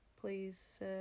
Please